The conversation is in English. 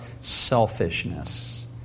selfishness